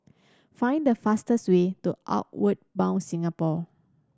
find the fastest way to Outward Bound Singapore